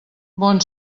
bon